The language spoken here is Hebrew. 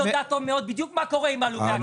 היא יודעת טוב מאוד בדיוק מה קורה עם הלומי הקרב.